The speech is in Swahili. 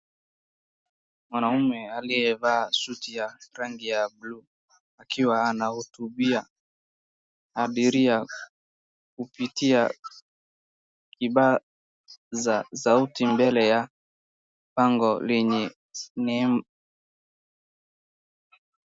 Mwanaume aliyevaa suti ya rangi ya bulu akiwa anahutubia abiria kupitia kipaza sauti mbele ya bango lenye nembo.